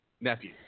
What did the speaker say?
Nephew